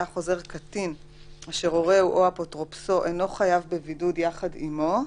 היה החוזר קטין אשר הורהו או אפוטרופסו אינו חייב בבידוד יחד עמו,